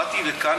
באתי לכאן.